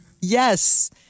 Yes